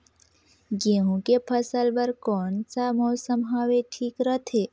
गहूं के फसल बर कौन सा मौसम हवे ठीक रथे?